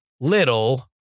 Little